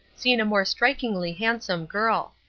seen a more strikingly handsome girl.